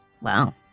Wow